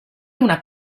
una